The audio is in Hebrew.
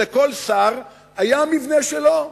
ולכל שר היה המבנה שלו,